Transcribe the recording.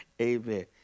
Amen